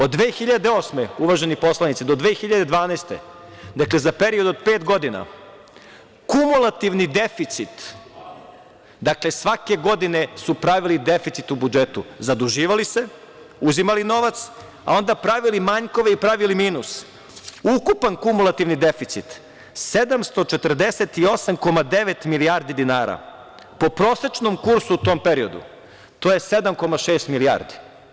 Od 2008, uvaženi poslanici, do 2012, za period od pet godina kumulativni deficit, dakle, svake godine su pravili deficit u budžetu, zaduživali se, uzimali novac, a onda pravili manjkove i pravili minus, ukupan kumulativni deficit 748,9 milijardi dinara, po prosečnom kursu u tom periodu to je 7,6 milijardi.